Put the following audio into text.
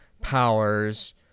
powers